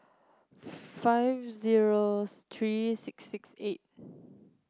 five zero three six six eight